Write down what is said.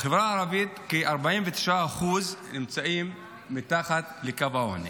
בחברה הערבית כ-49% נמצאים מתחת לקו העוני,